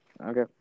Okay